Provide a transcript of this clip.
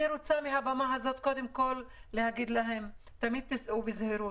אני רוצה להגיד להם מהבמה הזאת: תיסעו בזהירות,